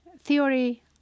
theory